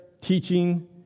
teaching